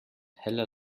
heller